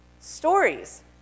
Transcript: stories